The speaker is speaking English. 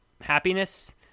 happiness